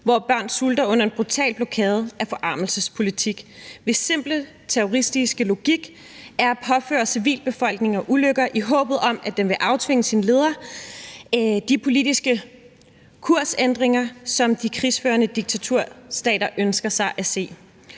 hvor børn sulter under en brutal blokade af forarmelsespolitik, hvis simple terroristiske logik er at påføre civilbefolkningen ulykker i håbet om, at den vil aftvinge sin leder den politiske kursændring, som de krigsførende diktaturstater ønsker at se.